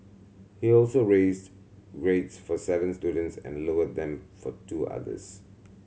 he also raised grades for seven students and lowered them for two others